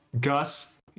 Gus